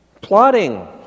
Plotting